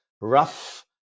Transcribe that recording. rough